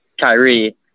Kyrie